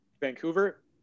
vancouver